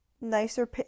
nicer